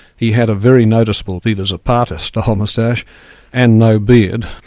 he had a very noticeable viva zapata-style moustache and no beard.